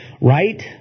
right